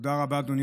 הכנסת, אדוני